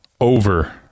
over